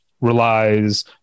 relies